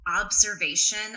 observation